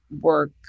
work